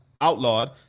outlawed